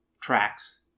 tracks